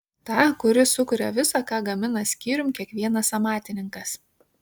tą kuris sukuria visa ką gamina skyrium kiekvienas amatininkas